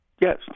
Yes